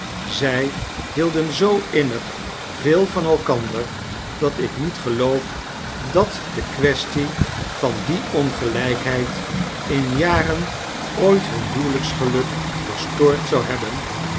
zij hielden zoo innig veel van elkander dat ik niet geloof dat de quaestie van die ongelykheid in jaren ooit hun huwelyksgeluk verstoord zou hebben